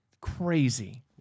crazy